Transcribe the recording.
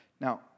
Now